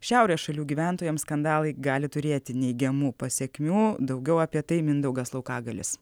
šiaurės šalių gyventojams skandalai gali turėti neigiamų pasekmių daugiau apie tai mindaugas laukagalis